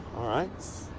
all right.